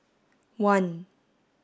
one